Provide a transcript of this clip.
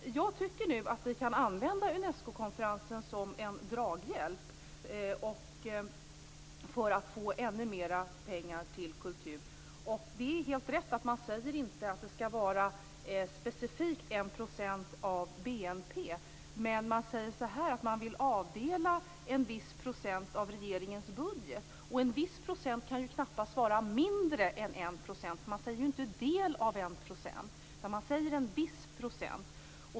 Jag tycker att vi nu kan använda Unescokonferensen som en draghjälp för att få ännu mer pengar till kultur. Det är helt rätt att man inte säger att det skall vara specifikt 1 % av BNP. Men man säger att man vill avdela en viss procent av regeringens budget. En viss procent kan knappast vara mindre än 1 %. Man säger inte att det är en del av 1 %, utan man säger en viss procent.